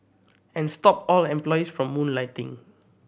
and stop all employees from moonlighting